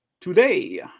today